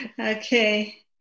Okay